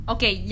Okay